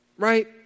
right